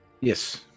Yes